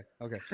okay